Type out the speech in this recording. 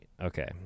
Okay